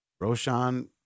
Roshan